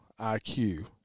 IQ